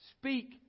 speak